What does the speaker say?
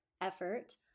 effort